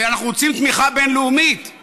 אנחנו רוצים תמיכה בין-לאומית,